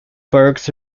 bark